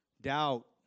doubt